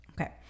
Okay